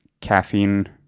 caffeine